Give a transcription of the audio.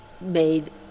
made